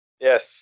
Yes